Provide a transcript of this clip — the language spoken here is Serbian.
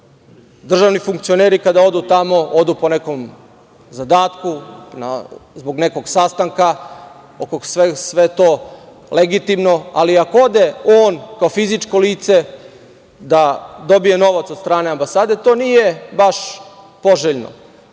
Državni funkcioneri kada odu tamo, odu po nekom zadatku, zbog nekog sastanka, legitimno, ali ako ode on kao fizičko lice da dobije novac od strane ambasade, to nije baš poželjno.